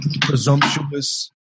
presumptuous